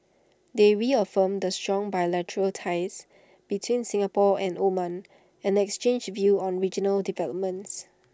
they reaffirmed the strong bilateral ties between Singapore and Oman and exchanged views on regional developments